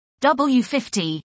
W50